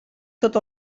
tots